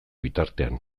bitartean